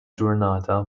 ġurnata